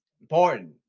Important